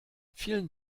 vielen